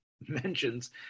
mentions